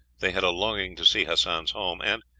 they had a longing to see hassan's home, and,